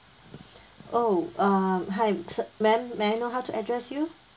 oh uh hi si~ ma'am may I know how to address you